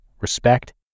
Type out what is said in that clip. respect